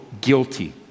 guilty